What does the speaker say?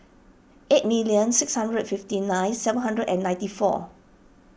eight million six hundred fifty nine seven hundred and ninety four